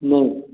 नहीं